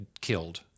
killed